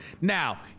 Now